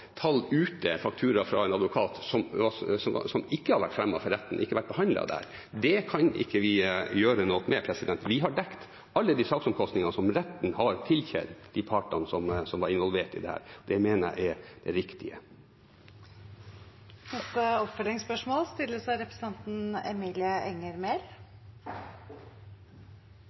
tall ute, en faktura fra en advokat, som ikke har vært fremmet for retten, ikke vært behandlet der. Det kan ikke vi gjøre noe med. Vi har dekket alle de saksomkostninger som retten har tilkjent de partene som var involvert i dette. Det mener jeg er det riktige. Det åpnes for oppfølgingsspørsmål – først Emilie Enger Mehl.